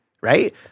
right